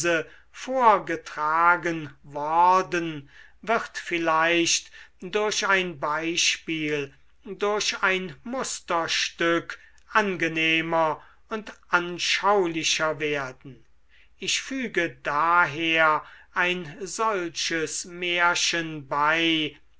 vorgetragen worden wird vielleicht durch ein beispiel durch ein musterstück angenehmer und anschaulicher werden ich füge daher ein solches märchen bei